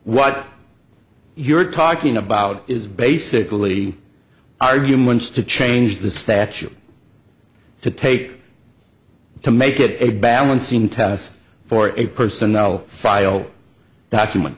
what you're talking about is basically arguments to change the statute to take to make it a balancing test for a personnel file document